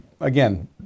again